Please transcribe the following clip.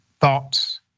thoughts